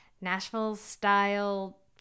Nashville-style